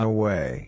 Away